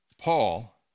Paul